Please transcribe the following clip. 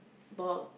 bald